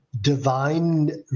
divine